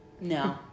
no